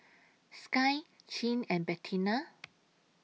Skye Chin and Bettina